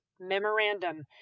Memorandum